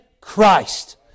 Christ